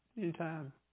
Anytime